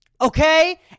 okay